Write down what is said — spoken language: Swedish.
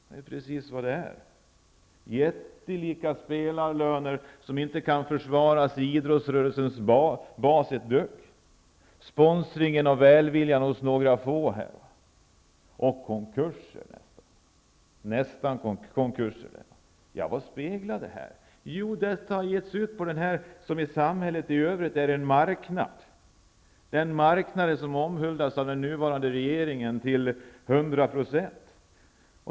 Det är precis vad den är. Jättelika spelarlöner som inte kan försvaras i idrottsrörelsens basverksamhet, sponsringen och beroendet av välviljan hos några få och nästintill konkurser. Vad speglar detta? Jo, att idrotten som samhället i övrigt är en marknad, en marknad som omhuldas av den nuvarande regeringen till 100 %.